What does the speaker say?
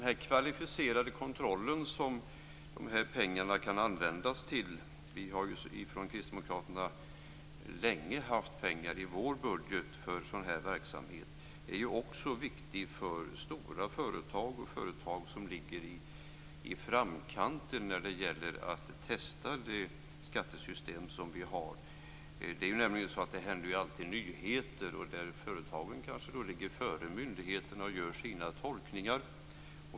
Den kvalificerade kontroll som de här pengarna kan användas till - vi kristdemokrater har länge i vår budget haft pengar för sådan här verksamhet - är också viktig för stora företag och för företag som ligger i framkanten när det gäller att testa det skattesystem som vi har. Det händer ju alltid nyheter. Kanske ligger då företagen före myndigheterna och gör sina tolkningar.